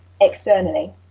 externally